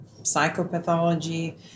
psychopathology